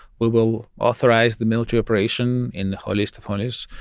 we will authorize the military operation in the holiest of holies.